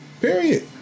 Period